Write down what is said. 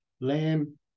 lamb